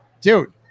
Dude